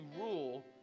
rule